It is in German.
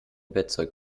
bettzeug